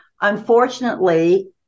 Unfortunately